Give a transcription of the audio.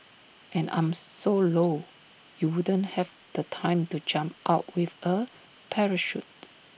and I'm so low you wouldn't have the time to jump out with A parachute